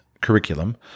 curriculum